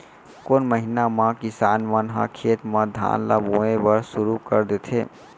कोन महीना मा किसान मन ह खेत म धान ला बोये बर शुरू कर देथे?